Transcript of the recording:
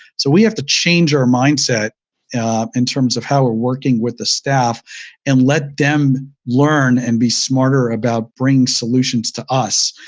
so we have to change our mindset in terms of how we're working with the staff and let them learn and be smarter about bringing solutions to us.